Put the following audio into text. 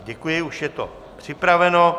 Děkuji, už je to připraveno.